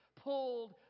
pulled